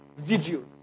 videos